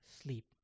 sleep